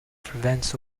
prevents